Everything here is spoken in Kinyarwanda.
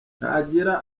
ntagira